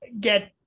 get